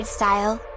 style